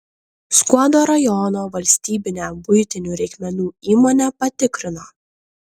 skuodo rajono valstybinę buitinių reikmenų įmonę patikrino